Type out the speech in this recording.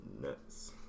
Nuts